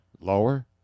Lower